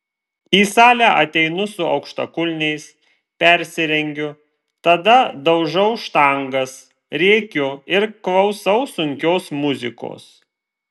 į salę ateinu su aukštakulniais persirengiu tada daužau štangas rėkiu ir klausau sunkios muzikos